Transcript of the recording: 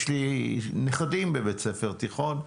יש לי נכדים בבית ספר תיכון,